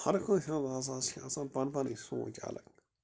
ہرکٲنٛسہِ حظ اَز چھِ آسان پنٕنۍ پنٕنۍ سونٛچ الگ